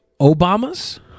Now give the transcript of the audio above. Obama's